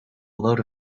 load